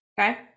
okay